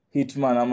Hitman